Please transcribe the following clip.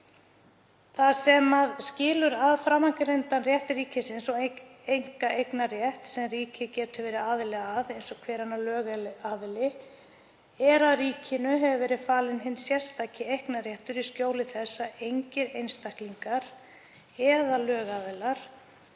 Það sem skilur að framangreindan rétt ríkisins og einkaeignarrétt sem ríkið getur verið aðili að eins og hver annar lögaðili, er að ríkinu hefur verið falinn hinn sérstaki eignarréttur í skjóli þess að engir einstaklingar eða lögaðilar